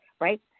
right